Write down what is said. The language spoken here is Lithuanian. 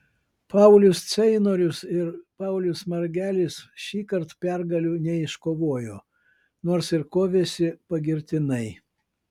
paulius ceinorius ir paulius margelis šįkart pergalių neiškovojo nors ir kovėsi pagirtinai